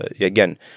again